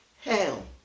Hell